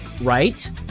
Right